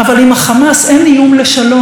אבל עם החמאס אין איום לשלום,